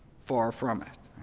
far from it.